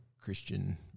Christian